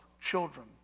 children